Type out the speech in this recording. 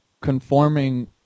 conforming